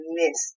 miss